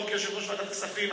עוד כיושב-ראש ועדת הכספים.